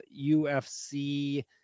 UFC